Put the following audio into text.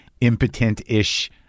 impotent-ish